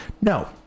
No